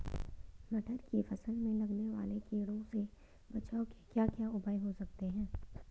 मटर की फसल में लगने वाले कीड़ों से बचाव के क्या क्या उपाय हो सकते हैं?